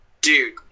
dude